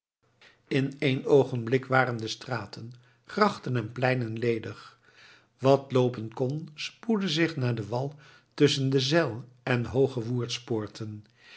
in een oogenblik waren de straten grachten en pleinen ledig wat loopen kon spoedde zich naar den wal tusschen de zijl en